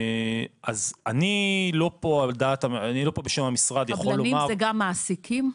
אז אני לא פה בשם המשרד יכול לומר --- קבלנים זה גם מעסיקים?